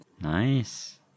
Nice